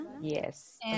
Yes